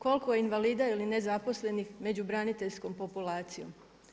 Koliko je invalida ili nezaposlenih među braniteljskom populacijom?